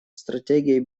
стратегией